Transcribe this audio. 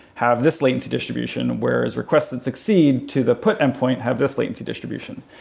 have this latency distribution where is request that succeed to the put endpoint, have this latency distribution.